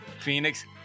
Phoenix